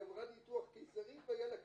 היא עברה ניתוח קיסרי והיה לה קשה,